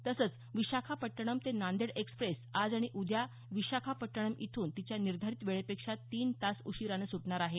तसंच विशाखापटनम् ते नांदेड एक्स्प्रेस आज आणि उद्या विशाखापटनम इथून तिच्या निर्धारित वेळे पेक्षा तीन तास उशिरानं सुटणार आहे